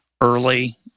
early